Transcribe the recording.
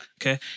Okay